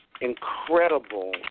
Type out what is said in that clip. incredible